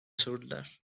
sürdüler